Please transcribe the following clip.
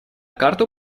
карту